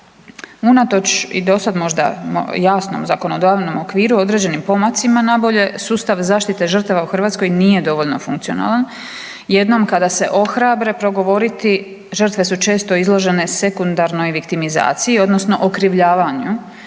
Unatoč i do sad možda jasnom zakonodavnom okviru određenim pomacima na bolje sustav zaštite žrtava u Hrvatskoj nije dovoljno funkcionalan. Jednom kada se ohrabre progovoriti žrtve su često izložene sekundarnoj viktimizaciji odnosno okrivljavanju,